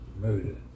murder